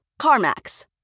CarMax